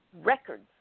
records